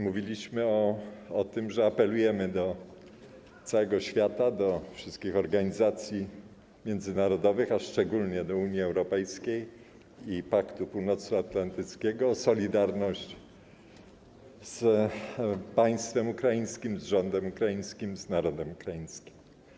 Mówiliśmy o tym, że apelujemy do całego świata, do wszystkich organizacji międzynarodowych, a szczególnie do Unii Europejskiej i Paktu Północnoatlantyckiego, o solidarność z państwem ukraińskim, z rządem ukraińskim, z narodem ukraińskim.